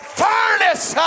furnace